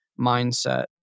mindset